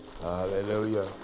Hallelujah